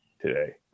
today